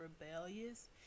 rebellious